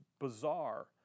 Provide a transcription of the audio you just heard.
bizarre